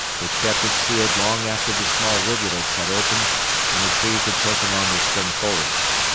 which kept it sealed long after the small rivulets had opened and the trees had taken on their spring foliage.